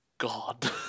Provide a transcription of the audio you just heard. god